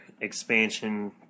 expansion